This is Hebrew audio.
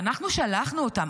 שאנחנו שלחנו אותם אליה.